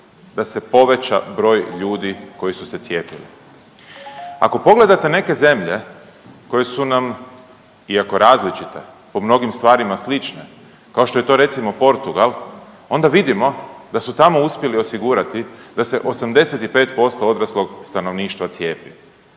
da se poveća broj ljudi koji su se cijepili. Ako pogledate neke zemlje koje su nam iako različite po mnogim stvarima slične, kao što je to recimo Portugal onda vidimo da su tamo uspjeli osigurati da se 85% odraslog stanovništva cijepi.